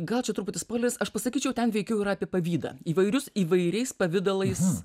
gal čia truputį spoileris aš pasakyčiau ten veikiau yra apie pavydą įvairius įvairiais pavidalais